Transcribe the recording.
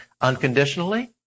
Unconditionally